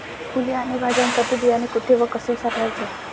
फुले आणि भाज्यांसाठी बियाणे कुठे व कसे साठवायचे?